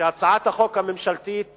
שהצעת החוק הממשלתית